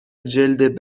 جلد